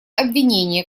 обвинения